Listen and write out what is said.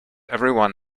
everyone